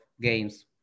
games